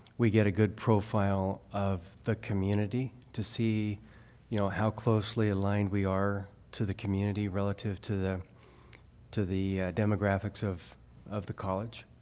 we get a good profile of the community to see you know how closely aligned we are to the community relative to the to the demographics of of the college.